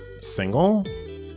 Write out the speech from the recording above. single